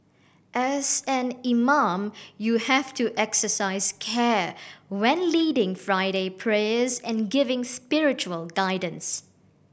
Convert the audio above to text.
as an imam you have to exercise care when leading Friday prayers and giving spiritual guidance